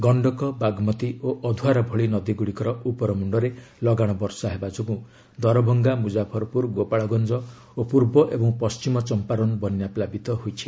ଗଶ୍ଚକ ବାଗମତୀ ଓ ଅଧୁଆରା ଭଳି ନଦୀଗୁଡ଼ିକର ଉପରମୁଣ୍ଡରେ ଲଗାଣ ବର୍ଷା ଯୋଗୁଁ ଦରଭଙ୍ଗା ମୁଜାଫରପୁର ଗୋପାଳଗଞ୍ଜ ଓ ପୂର୍ବ ଏବଂ ପଶ୍ଚିମ ଚମ୍ପାରନ୍ ବନ୍ୟା ପ୍ଲାବିତ ହୋଇଛି